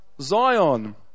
Zion